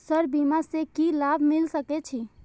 Sir बीमा से की लाभ मिल सके छी?